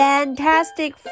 Fantastic